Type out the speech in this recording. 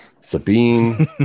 Sabine